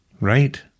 right